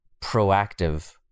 proactive